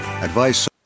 Advice